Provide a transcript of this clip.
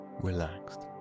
relaxed